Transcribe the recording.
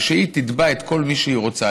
ושהיא תתבע את כל מי שהיא רוצה,